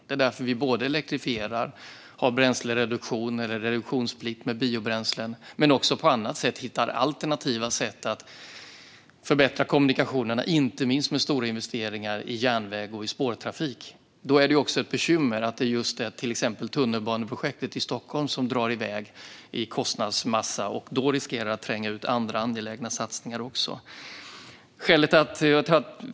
Det är därför vi elektrifierar, har bränslereduktion, har reduktionsplikt för biobränslen och hittar alternativa sätt att förbättra kommunikationerna, inte minst med hjälp av stora investeringar i järnväg och spårtrafik. Då är det ett bekymmer att det är just tunnelbaneprojektet i Stockholm som drar iväg i kostnadsmassa och riskerar att tränga ut andra angelägna satsningar.